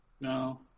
No